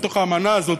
בתוך האמנה הזאת,